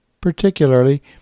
particularly